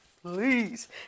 Please